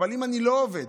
אבל אם אני לא עובד